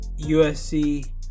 USC